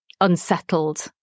Unsettled